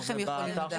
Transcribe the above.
איך הם יכולים לדעת?